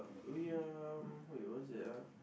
we are wait what's that ah